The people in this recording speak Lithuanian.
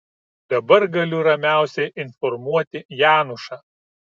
dabar galiu ramiausiai informuoti janušą